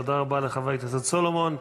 תודה לחבר הכנסת סולומון,